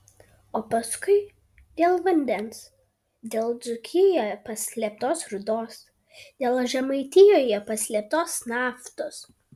o paskui dėl vandens dėl dzūkijoje paslėptos rūdos dėl žemaitijoje paslėptos naftos